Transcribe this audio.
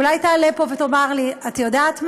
אולי תעלה לפה ותאמר לי: את יודעת מה,